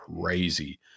crazy